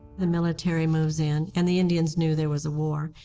the military moves in and the indians knew there was a war,